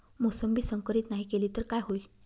मोसंबी संकरित नाही केली तर काय होईल?